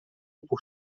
por